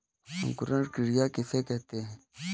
अंकुरण क्रिया किसे कहते हैं?